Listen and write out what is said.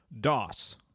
DOS